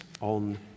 on